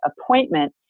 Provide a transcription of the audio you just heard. appointment